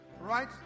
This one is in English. right